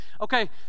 okay